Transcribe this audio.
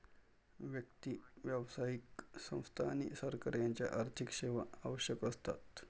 व्यक्ती, व्यावसायिक संस्था आणि सरकार यांना आर्थिक सेवा आवश्यक असतात